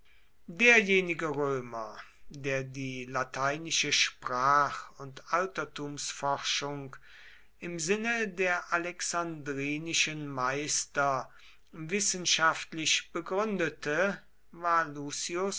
derjenige römer der die lateinische sprach und altertumsforschung im sinne der alexandrinischen meister wissenschaftlich begründete war lucius